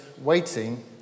waiting